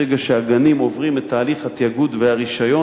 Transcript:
ברגע שהגנים עוברים את תהליך התאגוד והרשיון